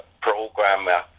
programmer